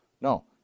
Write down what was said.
No